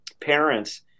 parents